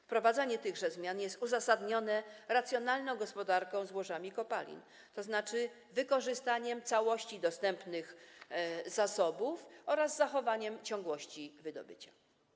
Wprowadzenie tychże zmian jest uzasadnione racjonalną gospodarką złożami kopalin, tzn. dążeniem do wykorzystania całości dostępnych zasobów oraz zachowania ciągłości wydobycia.